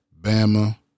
Bama